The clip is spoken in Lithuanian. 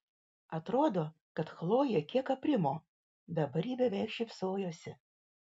atrodė kad chlojė kiek aprimo dabar ji beveik šypsojosi